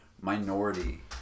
minority